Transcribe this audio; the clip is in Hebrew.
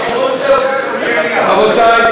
רבותי,